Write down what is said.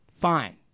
fine